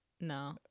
No